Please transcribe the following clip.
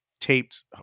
taped